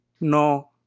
No